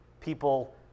people